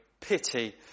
pity